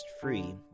free